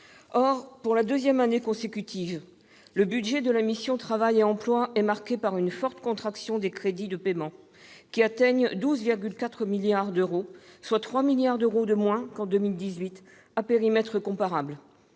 pour la deuxième année consécutive, le budget de la mission « Travail et emploi » est marqué par une forte contraction des crédits de paiement, qui s'établissent à 12,4 milliards d'euros, soit 3 milliards d'euros de moins qu'en 2018, à périmètre comparable.